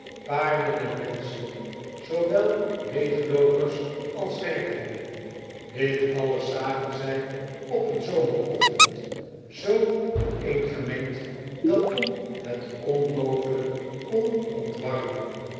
paarden en menschen zoowel leegloopers als werklieden dit alles zagen zij op een zomerochtend zoo dooreengemengd dat tom het onmogelijk kon ontwarren